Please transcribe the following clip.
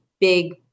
big